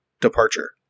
departure